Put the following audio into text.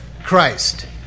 Christ